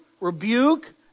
rebuke